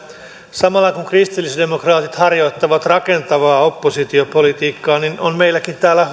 samalla kun kristillisdemokraatit harjoittavat rakentavaa oppositiopolitiikkaa meillä on täällä